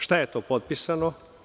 Šta je to potpisano?